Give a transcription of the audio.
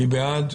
מי נגד?